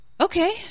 Okay